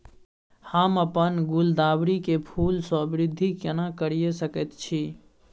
हम अपन गुलदाबरी के फूल सो वृद्धि केना करिये सकेत छी?